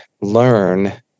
learn